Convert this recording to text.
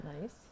Nice